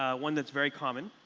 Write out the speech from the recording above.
one that's very common.